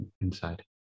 inside